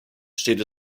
steht